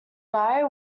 guy